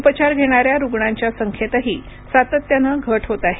उपचार घेणाऱ्या रुग्णांच्या संख्येतही सातत्याने घट होत आहे